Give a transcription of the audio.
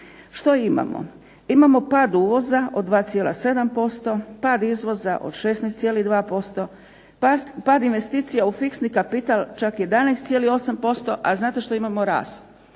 Što imamo? Imamo pad uvoza od 2,7%, pad izvoza od 16,2%, pad investicija u fiksni kapitala čak 11,8%. A znate što imamo rast?